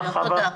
חוה בבקשה.